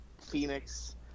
Phoenix